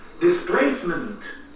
Displacement